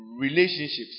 relationships